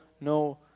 no